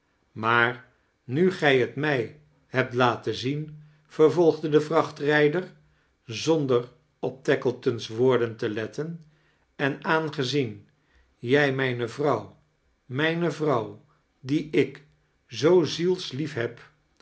r nu gij t mij hebt laten zien venvolgde de vrachtrijder zondei op tackletoii's woorden te letten en aangezien jij mijne vrouw mijne vrouw die ik zoo zielslief heb